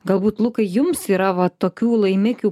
galbūt lukai jums yra va tokių laimikių